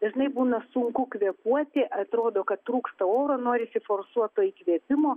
dažnai būna sunku kvėpuoti atrodo kad trūksta oro norisi forsuoto įkvėpimo